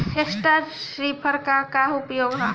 Straw reaper क का उपयोग ह?